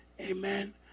Amen